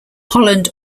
holland